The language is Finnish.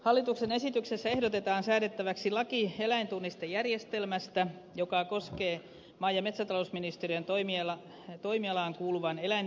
hallituksen esityksessä ehdotetaan säädettäväksi laki eläintunnistusjärjestelmästä joka koskee maa ja metsätalousministeriön toimialaan kuuluvan eläinten tunnistamis ja rekisteröintijärjestelmän hallinnointia